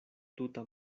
tuta